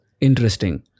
interesting